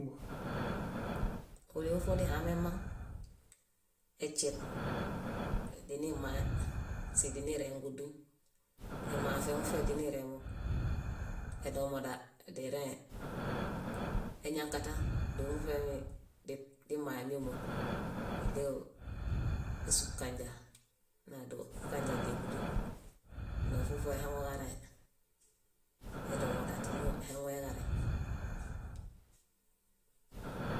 Óliho fodihamemaŋ, eśeb. Dinimãe sidinirẽe dúdun. Emafe mufe diniremo, edomoda dirẽe, eñakatã dóo muṗemi dimãe míama. Niɭew esup kanja díebudun, ona fúlu fúlu ahaŋuġarẽe. Edomoda tímoo aihaŋueġareŋ.